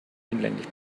hinlänglich